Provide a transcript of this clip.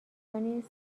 کنید